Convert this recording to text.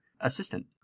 assistant